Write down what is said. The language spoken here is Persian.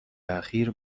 اخیر